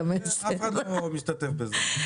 אף אחד לא משתתף בזה.